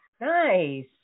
Nice